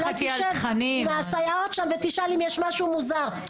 אולי תשב עם הסייעות שם ותשאל אם יש משהו מוזר,